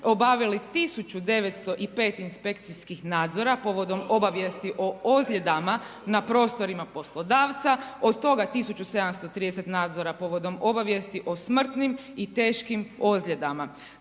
obavili 1905 inspekcijskih nadzora povodom obavijesti o ozljedama na prostorima poslodavca, od toga 1730 nadzora povodom obavijesti o smrtnim i teškim ozljedama.